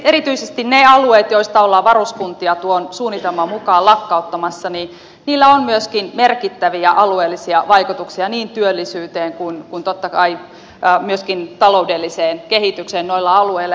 erityisesti niillä alueilla joista ollaan varuskuntia tuon suunnitelman mukaan lakkauttamassa on myöskin merkittäviä alueellisia vaikutuksia niin työllisyyteen kuin totta kai myöskin taloudelliseen kehitykseen noilla alueilla